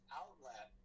outlet